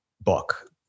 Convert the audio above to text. book